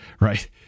right